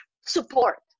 support